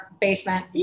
basement